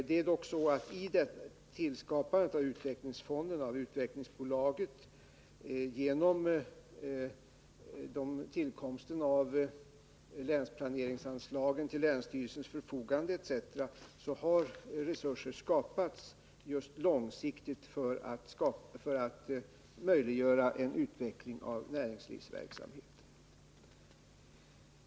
Men genom tillskapandet av utvecklingsfonden och utvecklingsbolaget och genom tillkomsten av länsplaneringsanslaget till länsstyrelsens förfogande har resurser skapats för att just möjliggöra en långsiktig utveckling av näringslivets verksamhet.